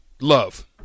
Love